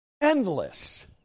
endless